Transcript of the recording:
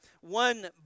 one